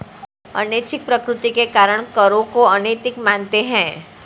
अनैच्छिक प्रकृति के कारण करों को अनैतिक मानते हैं